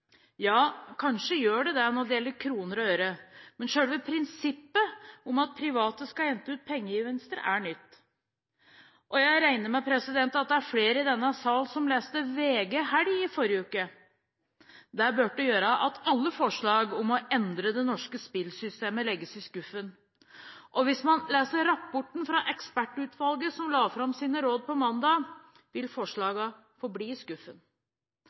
Ja, kanskje gjør det det i kroner og øre, men selve prinsippet om at private skal hente ut pengegevinster, er nytt. Jeg regner med at det er flere i denne salen som leste VG Helg i forrige uke. Det burde gjøre at alle forslag om å endre det norske spillsystemet legges i skuffen. Og hvis man leser rapporten fra ekspertutvalget som la fram sine råd på mandag, vil forslagene forbli i skuffen.